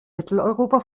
mitteleuropa